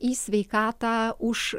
į sveikatą už